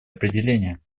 определения